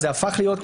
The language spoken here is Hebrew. אז זה הפך להיות,